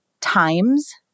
times